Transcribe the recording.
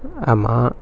ஆமா:aamaa